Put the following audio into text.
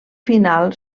final